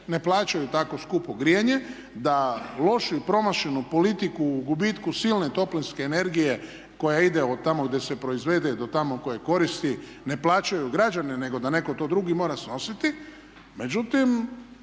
ne plaćaju tako skupo grijanje, da lošu i promašenu politiku u gubitku silne toplinske energije koja ide od tamo gdje se proizvede, do tamo koje koristi ne plaćaju građani, nego da netko to drugi mora snositi.